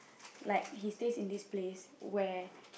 like he stays in this place where